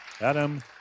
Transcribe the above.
Adam